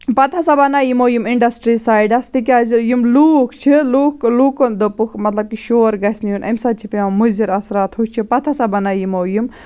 پَتہٕ ہَسا بَنایہِ یِمو یِم اِنڈَسٹِرٛیٖز سایڈَس تِکیٛازِ یِم لوٗکھ چھِ لوٗکھ لوٗکَن دوٚپُکھ مطلب کہِ شور گَژھِ نہٕ یُن اَمہِ سۭتۍ چھِ پٮ۪وان مُضِر اَثرات ہُہ چھِ پَتہٕ ہَسا بَنایہِ یِمو یِم